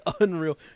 unreal